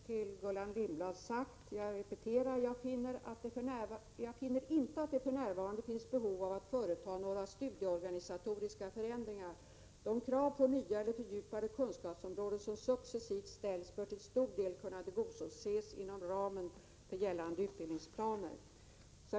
Herr talman! Jag har i mitt svar till Gullan Lindblad sagt att — jag upprepar det — jag inte finner att det för närvarande är behov av att företa några studieorganisatoriska förändringar. De krav på nya eller fördjupande kunskapsområden som successivt ställs bör till stor del kunna tillgodoses inom ramen för gällande utbildningsplaner.